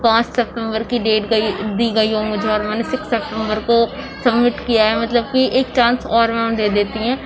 پانچ سپٹمبر کی ڈیٹ گئی دی گئی ہو مجھے اور میں نے سکس سپٹمبر کو سمٹ کیا ہے مطلب کہ ایک چانس اور میم دے دیتی ہیں